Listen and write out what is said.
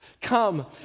Come